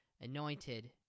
anointed